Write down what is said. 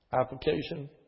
Application